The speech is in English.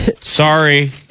Sorry